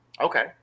okay